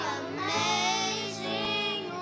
amazing